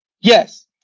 Yes